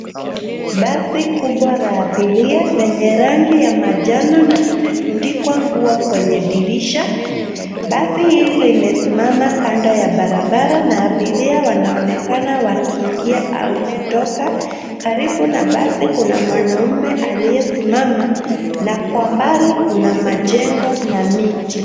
Basi kubwa la abiria lenye rangi ya manjano na limetundikwa nguo kwenye dirisha. Basi hili limesimama kando ya barabara na abiria wananekana wakiingia au kutoka. Karibu na basi kuna mwanamume aliyesimama na kwa mbali kuna majengo na miti.